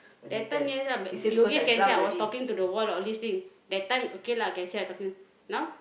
that time yes lah but Yogesh can say I was talking to the wall all this thing that time okay lah can say I talking now